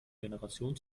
generation